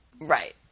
Right